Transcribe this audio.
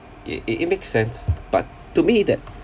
it it it makes sense but to me that